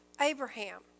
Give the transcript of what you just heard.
Abraham